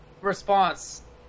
response